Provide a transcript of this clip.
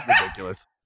ridiculous